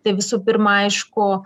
tai visų pirma aišku